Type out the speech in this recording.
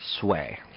sway